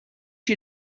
you